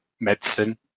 medicine